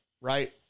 right